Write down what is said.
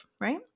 right